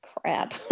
crap